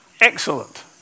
Excellent